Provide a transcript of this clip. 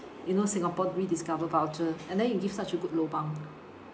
you know singapore rediscover voucher and then you give such a good lobang